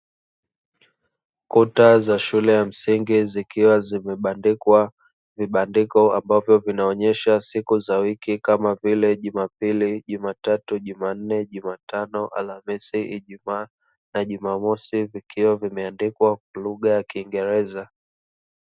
Kuta za shule ya msingi zikiwa zimebandikwa vibandiko ambavyo vinaonyesha siku za wiki, kama vile: Jumapili, Jumatatu, Jumanne, Jumatano, Alhamisi, Ijumaa na Jumamosi; vikiwa vimeandikwa kwa lugha ya kiingereza.